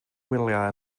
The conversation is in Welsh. wyliau